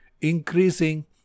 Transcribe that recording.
increasing